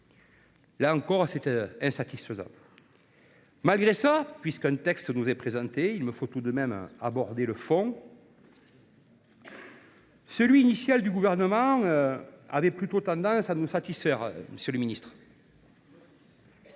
là encore, c’est insatisfaisant. En second lieu, puisqu’un texte nous est présenté, il me faut malgré tout aborder le fond. Le texte initial du Gouvernement avait plutôt tendance à nous satisfaire, monsieur le ministre.